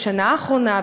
בשנה האחרונה,